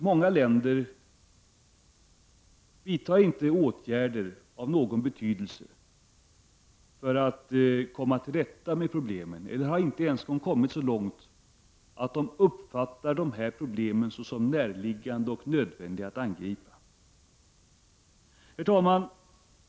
Många länder vidtar inga åtgärder av någon betydelse för att komma till rätta med problemen och de har kanske inte ens kommit så långt att de uppfattar de här problemen såsom närliggande och nödvändiga att angripa. Herr talman!